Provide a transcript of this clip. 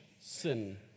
sin